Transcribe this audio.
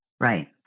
Right